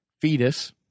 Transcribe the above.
fetus